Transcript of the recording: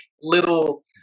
little